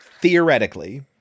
Theoretically